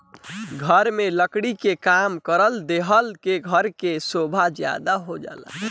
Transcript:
घर में लकड़ी के काम करवा देहला से घर के सोभा ज्यादे हो जाला